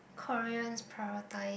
Korean prioritize